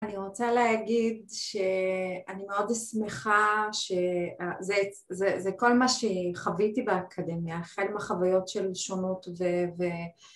אני רוצה להגיד שאני מאוד שמחה שזה כל מה שחוויתי באקדמיה, חלק מהחוויות שלי שונות ו...